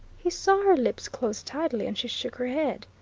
he saw her lips close tightly and she shook her head.